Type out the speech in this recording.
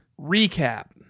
recap